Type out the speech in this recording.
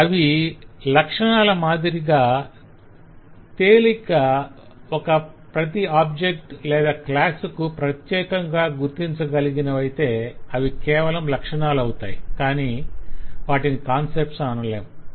అవి లక్షణాల మాదిరిగా తేలికగా ప్రతి ఒక ఆబ్జెక్ట్ లేదా క్లాసు కు ప్రత్యెకంగా గుర్తించగలిగినవైతే అవి కేవలం లక్షణాలవుతాయి కాని వాటిని కాన్సెప్ట్ లని అనలేము